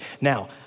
Now